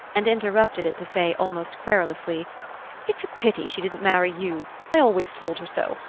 and interrupted it to say almost querulously it's a pity she didn't marry you i always told her so.